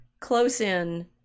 close-in